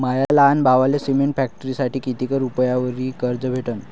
माया लहान भावाले सिमेंट फॅक्टरीसाठी कितीक रुपयावरी कर्ज भेटनं?